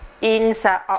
inside